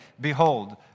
Behold